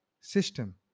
system